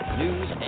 news